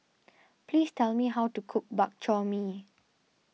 please tell me how to cook Bak Chor Mee